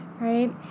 right